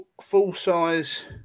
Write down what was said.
full-size